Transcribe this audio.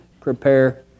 Prepare